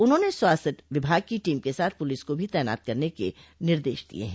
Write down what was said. उन्होंने स्वास्थ्य विभाग की टीम के साथ पुलिस को भी तैनात करने के निर्देश दिये हैं